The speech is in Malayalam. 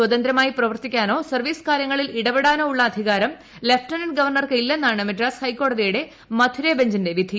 സ്വതന്ത്രമായി പ്രവർത്തിക്കാനോ സർവ്വീസ് കാര്യങ്ങളിൽ ഇടപെടാനോ ഉള്ള അധികാരം ലഫ്റ്റനന്റ് ഗവർണർക്ക് ഇല്ലെന്നാണ് മദ്രാസ് ഹൈക്കോടതിയുടെ മധുരൈ ബെഞ്ചിന്റെ വിധി